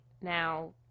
now